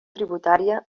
tributària